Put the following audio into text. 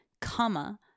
comma